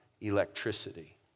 electricity